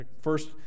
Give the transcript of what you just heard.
first